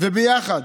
וביחד